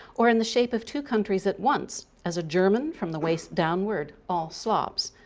or in the shape of two countries at once as a german, from the waist downward all slops,